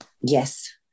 Yes